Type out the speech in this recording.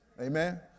Amen